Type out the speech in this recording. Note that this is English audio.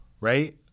Right